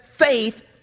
Faith